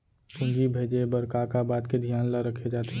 पूंजी भेजे बर का का बात के धियान ल रखे जाथे?